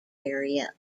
area